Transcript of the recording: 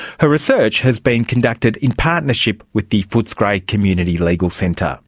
her research has been conducted in partnership with the footscray community legal centre.